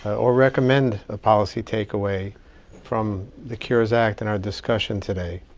or recommend a policy take-away from the cures act and our discussion today.